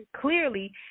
clearly